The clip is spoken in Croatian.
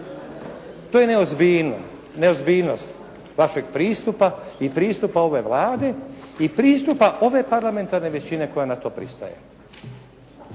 To je neozbiljnost vašeg pristupa i pristupa ove Vlade i pristupa ove parlamentarne većine koja na to pristaje.